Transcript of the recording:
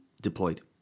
deployed